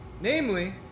Namely